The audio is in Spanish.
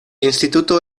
instituto